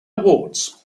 awards